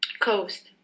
coast